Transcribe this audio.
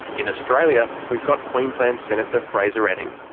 in australia, we've got queensland senator fraser anning.